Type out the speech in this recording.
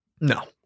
No